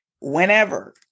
whenever